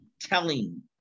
telling